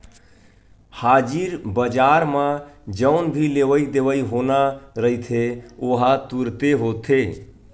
हाजिर बजार म जउन भी लेवई देवई होना रहिथे ओहा तुरते होथे